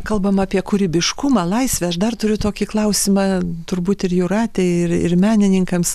kalbam apie kūrybiškumą laisvę aš dar turiu tokį klausimą turbūt ir jūratei ir ir menininkams